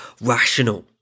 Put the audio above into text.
rational